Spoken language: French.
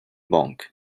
banque